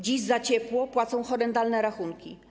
Dziś za ciepło płacą horrendalne rachunki.